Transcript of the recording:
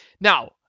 Now